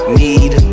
need